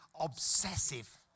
obsessive